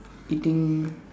eating